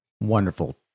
Wonderful